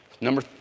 Number